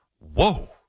Whoa